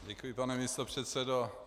Děkuji, pane místopředsedo.